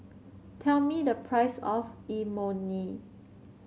tell me the price of Imoni